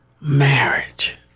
marriage